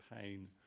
pain